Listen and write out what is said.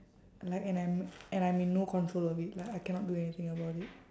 like and I'm and I'm in no control of it like I cannot do anything about it